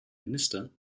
minister